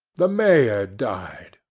the mayor died.